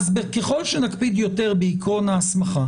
ככל שנקפיד יותר בעקרון ההסמכה